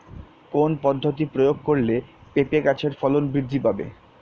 কোন পদ্ধতি প্রয়োগ করলে পেঁপে গাছের ফলন বৃদ্ধি পাবে?